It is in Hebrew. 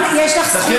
מה יש לו לתקן?